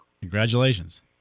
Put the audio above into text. Congratulations